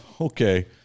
okay